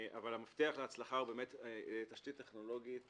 אבל המפתח להצלחה הוא באמת תשתית טכנולוגית